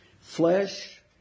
flesh